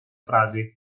frasi